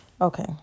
Okay